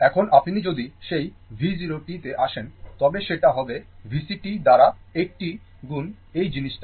এখন আপনি যদি সেই V 0 t তে আসেন তবে শেটা হবে VCt দ্বারা 80 গুণ এই জিনিসটা